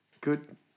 Good